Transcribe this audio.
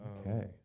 Okay